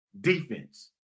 defense